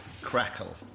crackle